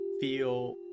feel